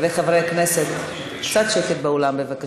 חברי הכנסת, קצת שקט באולם, בבקשה.